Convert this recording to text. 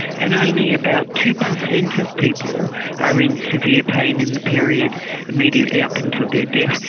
and only about two percent of people are in severe pain in the period immediately up until their death,